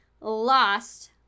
lost